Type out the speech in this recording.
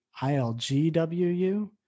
ILGWU